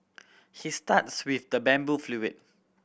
he starts with the bamboo flute